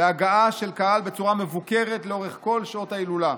להגעה של קהל בצורה מבוקרת לאורך כל שעות יום ההילולה.